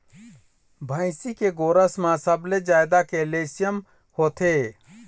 भइसी के गोरस म सबले जादा कैल्सियम होथे